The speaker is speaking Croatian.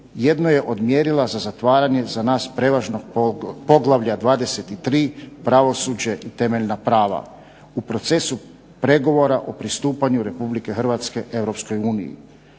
jedno je od mjerila za zatvaranje za nas prevažnog poglavlja 23. Pravosuđe i temeljna prava u procesu pregovora o pristupanju Hrvatske Europskoj uniji.